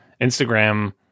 Instagram